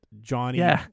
Johnny